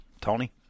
Tony